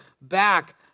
back